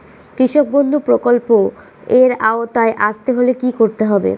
কৃষকবন্ধু প্রকল্প এর আওতায় আসতে হলে কি করতে হবে?